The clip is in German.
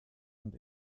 und